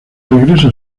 regreso